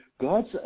God's